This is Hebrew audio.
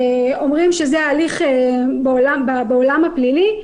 אומרים שזה ההליך בעולם הפלילי.